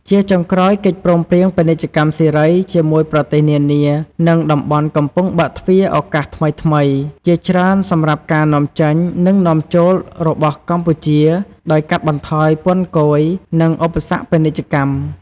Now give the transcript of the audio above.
ជាចុងក្រោយ កិច្ចព្រមព្រៀងពាណិជ្ជកម្មសេរី ជាមួយប្រទេសនានា និងតំបន់កំពុងបើកទ្វារឱកាសថ្មីៗជាច្រើនសម្រាប់ការនាំចេញ និងនាំចូលរបស់កម្ពុជា ដោយកាត់បន្ថយពន្ធគយ និងឧបសគ្គពាណិជ្ជកម្ម។